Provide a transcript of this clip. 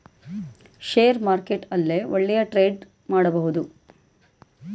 share market ಅಲ್ಲೇ ಒಳ್ಳೆಯ trade ಮಾಡಬಹುದು